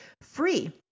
free